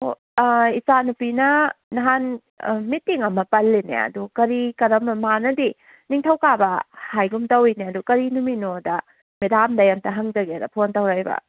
ꯏꯆꯥꯅꯨꯄꯤꯅ ꯅꯍꯥꯟ ꯃꯤꯇꯤꯡ ꯑꯃ ꯄꯜꯂꯤꯅꯦ ꯑꯗꯨ ꯀꯔꯤ ꯀꯔꯝꯕ ꯃꯥꯅꯗꯤ ꯅꯤꯡꯊꯧꯀꯥꯕ ꯍꯥꯏꯒꯨꯝ ꯇꯧꯋꯤꯅꯦ ꯑꯗꯨ ꯀꯔꯤ ꯅꯨꯃꯤꯠꯅꯣꯗ ꯃꯦꯗꯥꯝꯗꯩ ꯑꯝꯇ ꯍꯪꯖꯒꯦꯅ ꯐꯣꯟ ꯇꯧꯔꯛꯏꯕ